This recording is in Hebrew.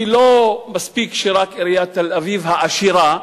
כי לא מספיק שרק עיריית תל-אביב העשירה,